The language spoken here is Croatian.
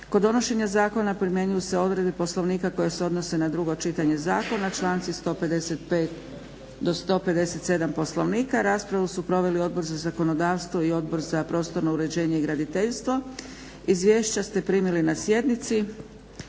Kod donošenja zakona primjenjuju se odredbe Poslovnika koje se odnose na drugo čitanje zakona, članci 155. do 157. Poslovnika. Raspravu su proveli Odbor za zakonodavstvo i Odbor za prostorno uređenje i graditeljstvo. Izvješća ste primili na sjednici.